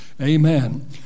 Amen